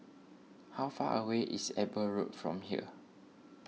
how far away is Eber Road from here